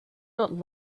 not